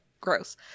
Gross